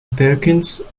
perkins